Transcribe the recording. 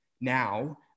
now